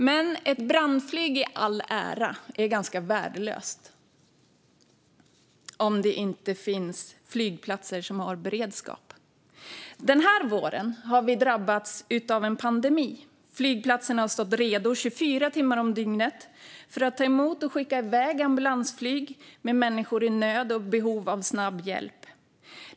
Men ett brandflyg i all ära är ganska värdelöst om det inte finns flygplatser som har beredskap. Denna vår har vi drabbats av en pandemi. Flygplatserna har stått redo 24 timmar om dygnet för att ta emot och skicka iväg ambulansflyg med människor i nöd och i behov av snabb hjälp.